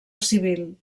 civil